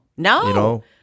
No